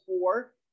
Four